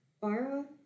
Borrow